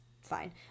fine